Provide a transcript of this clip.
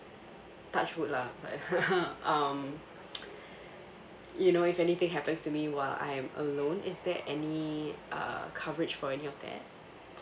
touch wood lah um you know if anything happens to me while I'm alone is there any uh coverage for any of that